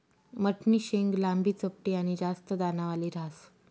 मठनी शेंग लांबी, चपटी आनी जास्त दानावाली ह्रास